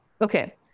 Okay